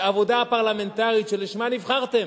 בעבודה הפרלמנטרית שלשמה נבחרתם,